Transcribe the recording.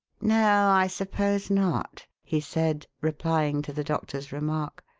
no, i suppose not, he said, replying to the doctor's remark.